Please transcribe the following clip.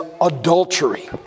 adultery